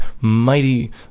mighty